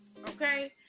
okay